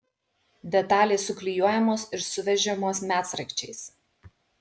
detalės suklijuojamos ir suveržiamos medsraigčiais